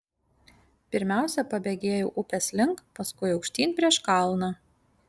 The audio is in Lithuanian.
pirmiausia pabėgėjau upės link paskui aukštyn prieš kalną